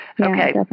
Okay